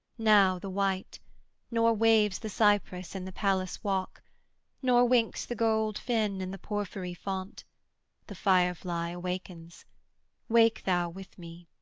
now the white nor waves the cypress in the palace walk nor winks the gold fin in the porphyry font the fire-fly wakens wake thou with me.